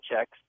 checks